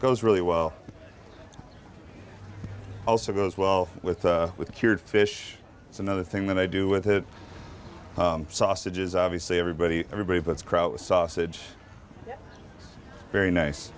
goes really well also goes well with with cured fish it's another thing that i do with it sausages obviously everybody everybody puts kraut sausage very nice